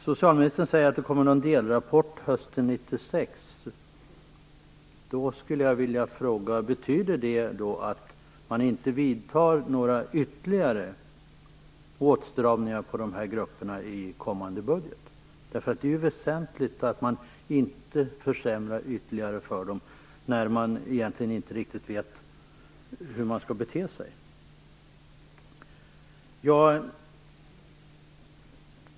Socialministern säger att det kommer en delrapport hösten 1996. Då vill jag fråga: Betyder det att det inte blir några ytterligare åtstramningar för dessa grupper i kommande budget? Det är väsentligt att man inte försämrar ytterligare för dem när man egentligen inte riktigt vet hur man skall bete sig.